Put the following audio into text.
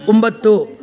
ಒಂಬತ್ತು